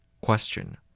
Question